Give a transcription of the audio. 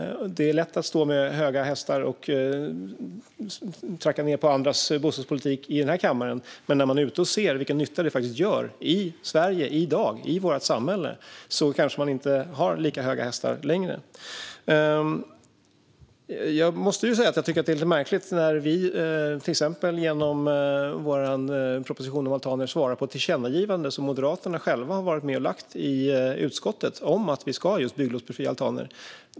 Det är lätt att sitta på sina höga hästar och racka ned på andras bostadspolitik här i kammaren, men när man är ute och ser vilken nytta den faktiskt gör i Sverige i dag i vårt samhälle har man kanske inte lika höga hästar längre. Jag måste säga att jag tycker att det är lite märkligt. Vi har, till exempel genom vår proposition om altaner, svarat på ett tillkännagivande som Moderaterna själva har ställt sig bakom i utskottet, om att vi ska bygglovsbefria altaner.